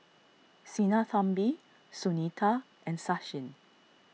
Sinnathamby Sunita and Sachin